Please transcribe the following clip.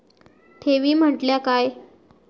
ठेवी म्हटल्या काय?